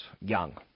young